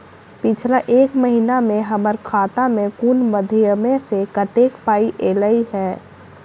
पिछला एक महीना मे हम्मर खाता मे कुन मध्यमे सऽ कत्तेक पाई ऐलई ह?